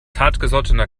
hartgesottener